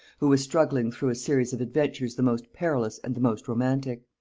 who was struggling through a series of adventures the most perilous and the most romantic.